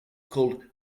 called